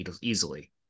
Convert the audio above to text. easily